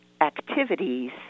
activities